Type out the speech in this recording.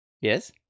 Yes